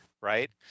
right